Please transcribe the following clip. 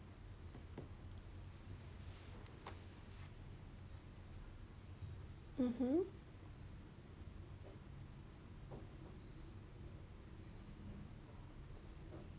mmhmm